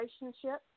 relationship